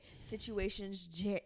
Situations